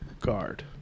guard